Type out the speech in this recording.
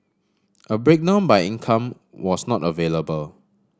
a breakdown by income was not available